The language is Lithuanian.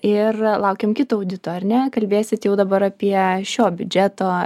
ir laukiam kito audito ar ne kalbėsit jau dabar apie šio biudžeto